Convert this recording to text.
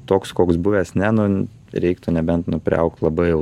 toks koks buvęs ne nu reiktų nebent nu priaugt labai jau